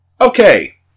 Okay